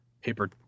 paper